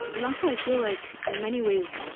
and also, i feel like, in many ways,